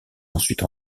ensuite